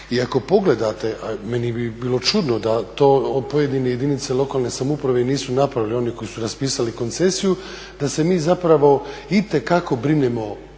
I ako pogledate, a meni bi bilo čudno da to pojedine jedinice lokalne samouprave nisu napravile, oni koji su raspisali koncesiju, da se mi zapravo itekako brinemo